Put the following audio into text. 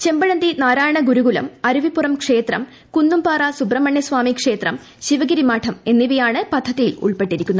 ചെമ്പ്ഴന്തി നാരായണ ഗുരുകുലം അരുവിപ്പുറം ക്ഷേത്രം കൂന്നുംപാറ സുബ്രഹ്മണ്യ സ്വാമി ക്ഷേത്രം ശിവഗിരി മഠം എന്നിവൃയാണ് ്പദ്ധതിയിൽ ഉൾപ്പെട്ടിരിക്കുന്നത്